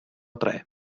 drei